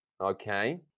Okay